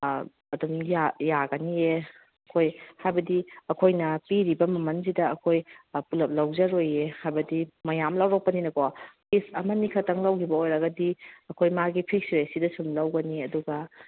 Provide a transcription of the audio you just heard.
ꯑꯗꯨꯝ ꯌꯥꯒꯅꯤꯌꯦ ꯑꯩꯈꯣꯏ ꯍꯥꯏꯕꯗꯤ ꯑꯩꯈꯣꯏꯅ ꯄꯤꯔꯤꯕ ꯃꯃꯜꯁꯤꯗ ꯑꯩꯈꯣꯏ ꯄꯨꯂꯞ ꯂꯧꯖꯔꯣꯏꯌꯦ ꯍꯥꯏꯕꯗꯤ ꯃꯌꯥꯝ ꯂꯧꯔꯛꯄꯅꯤꯅꯀꯣ ꯄꯤꯁ ꯑꯃꯅꯤꯈꯛꯇꯪ ꯂꯧꯈꯤꯕ ꯑꯣꯏꯔꯒꯗꯤ ꯑꯩꯈꯣꯏ ꯃꯥꯒꯤ ꯐꯤꯛꯁ ꯔꯦꯠꯁꯤꯗ ꯁꯨꯝ ꯂꯧꯒꯅꯤ ꯑꯗꯨꯒ